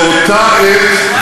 באותה עת,